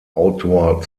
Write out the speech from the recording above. autor